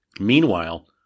Meanwhile